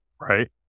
right